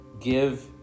Give